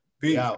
Peace